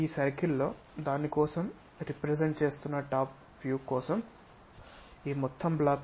ఈ సర్కిల్లో దాని కోసం రెప్రెసెంట్ చేస్తున్న టాప్ వ్యూ కోసం ఈ మొత్తం బ్లాక్ మనం చూస్తాము